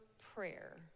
prayer